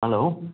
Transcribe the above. hello